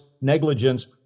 negligence